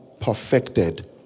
perfected